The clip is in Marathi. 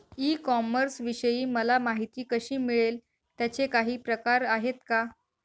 ई कॉमर्सविषयी मला माहिती कशी मिळेल? त्याचे काही प्रकार आहेत का?